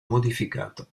modificato